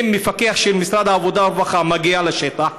אם מפקח של משרד העבודה והרווחה מגיע לשטח,